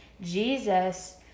Jesus